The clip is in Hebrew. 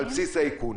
על בסיס איכון.